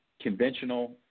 Conventional